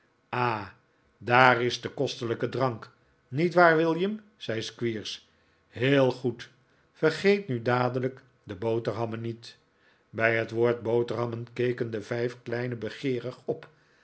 ah daar is de kostelijke drank niet waar william zei squeers heel goed vergeet nu dadelijk de boterhammen niet bij het woord boterhammen keken de vijf kleinen begeerig op